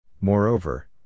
Moreover